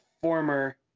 former